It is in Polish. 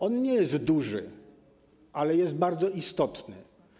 On nie jest duży, ale jest bardzo istotny.